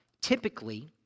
typically